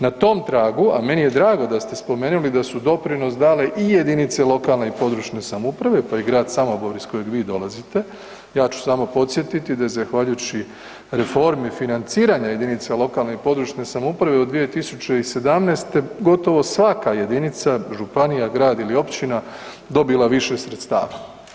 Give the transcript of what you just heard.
Na tom tragu, a meni je drago da ste spomenuli da su doprinos dale i jedinice lokalne i područne samouprave pa i grad Samobor iz kojeg vi dolazite, ja ću samo podsjetiti da je zahvaljujući reformi financiranja jedinica lokalne i područne samouprave 2017., gotovo svaka jedinica, županija, grad ili općina dobila više sredstava.